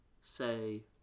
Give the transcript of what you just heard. say